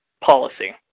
policy